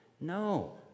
No